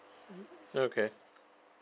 okay